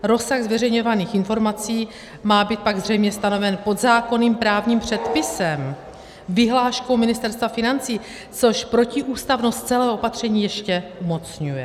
Rozsah zveřejňovaných informací má být pak zřejmě stanoven podzákonným právním předpisem, vyhláškou Ministerstva financí, což protiústavnost celého opatření ještě umocňuje.